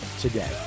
today